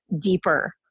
deeper